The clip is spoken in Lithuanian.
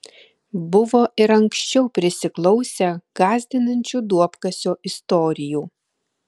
buvo ir anksčiau prisiklausę gąsdinančių duobkasio istorijų